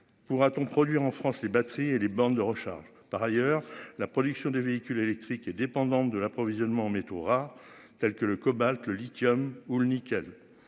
Pourra-t-on produire en France les batteries et les bornes de recharge. Par ailleurs, la production de véhicules électriques est dépendante de l'approvisionnement en mais aura tels que le cobalt, le lithium ou le nickel.